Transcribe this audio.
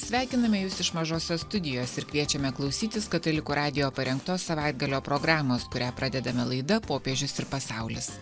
sveikiname jus iš mažosios studijos ir kviečiame klausytis katalikų radijo parengtos savaitgalio programos kurią pradedame laida popiežius ir pasaulis